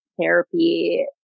therapy